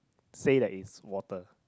say that it's water